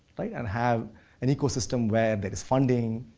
right? and have an ecosystem where there's funding,